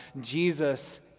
Jesus